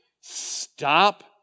stop